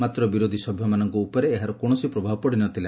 ମାତ୍ର ବିରୋଧୀ ସଭ୍ୟମାନଙ୍କ ଉପରେ କୌଣସି ପ୍ରଭାବ ପଡ଼ିନଥିଲା